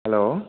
hello